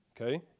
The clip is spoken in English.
okay